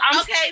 Okay